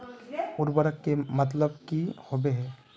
उर्वरक के मतलब की होबे है?